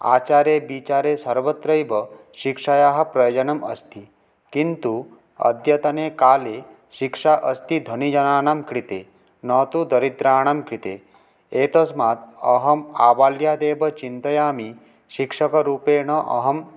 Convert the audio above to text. आचारे विचारे सर्वत्रैव शिक्षायाः प्रयोजनम् अस्ति किन्तु अद्यतने काले शिक्षा अस्ति धनीजनानां कृते न तु दरिद्राणां कृते एतस्मात् अहम् आबाल्यादेव चिन्तयामि शिक्षकरूपेण अहम्